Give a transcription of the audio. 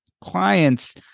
clients